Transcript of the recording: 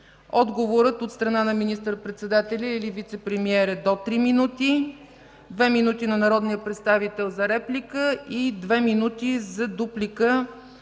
Отговорът от страна на министър-председателя или вицепремиерите е до три минути, две минути – на народния представител за реплика и две минути – за дуплика